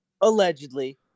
allegedly